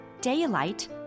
Daylight